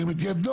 ירים את ידו.